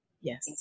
Yes